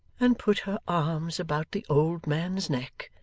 and put her arms about the old man's neck,